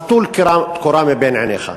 אז טול קורה מבין עיניך.